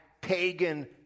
pagan